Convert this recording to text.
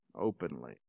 openly